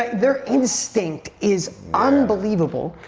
their instinct is unbelievable.